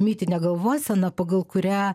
mitinę galvoseną pagal kurią